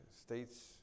States